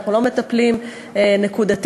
אנחנו לא מטפלים נקודתית,